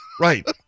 Right